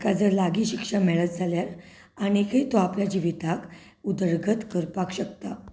ताका जर लागीं शिक्षण मेळत जाल्यार आनीकूय तो आपल्या जिवितांत उदरगत करपाक शकता